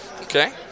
Okay